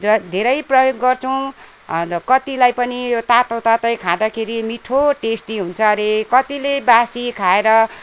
ज धेरै प्रयोग गर्छौँ अन्त कत्तिलाई पनि यो तातो तातै खाँदाखेरि मिठो टेस्टी हुन्छ अरे कत्तिले बासी खाएर